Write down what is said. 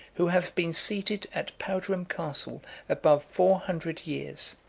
who have been seated at powderham castle above four hundred years,